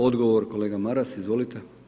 Odgovor, kolega Maras, izvolite.